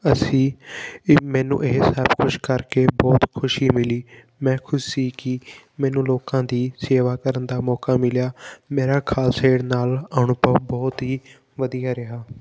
ਅਸੀਂ ਇਹ ਮੈਨੂੰ ਇਹ ਸਭ ਕੁਛ ਕਰਕੇ ਬਹੁਤ ਖੁਸ਼ੀ ਮਿਲੀ ਮੈਂ ਖੁਸ਼ ਸੀ ਕਿ ਮੈਨੂੰ ਲੋਕਾਂ ਦੀ ਸੇਵਾ ਕਰਨ ਦਾ ਮੌਕਾ ਮਿਲਿਆ ਮੇਰਾ ਖਾਲਸਾ ਏਡ ਨਾਲ ਅਨੁਭਵ ਬਹੁਤ ਹੀ ਵਧੀਆ ਰਿਹਾ